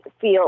feel